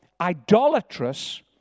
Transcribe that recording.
idolatrous